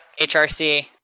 HRC